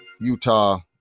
Utah